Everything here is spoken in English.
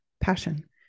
passion